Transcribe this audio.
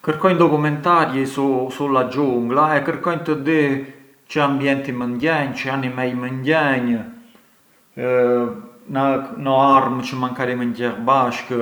Kërkonj documentari sulla giungla e kërkonj të di çë ambienti mënd gjenj, çë animej mënd gjenj, na ë no arm çë makari mënd qell bashkë